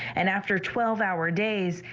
and after twelve hour days,